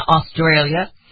Australia